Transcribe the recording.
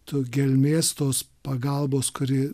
to gelmės tos pagalbos kuri